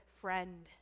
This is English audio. friend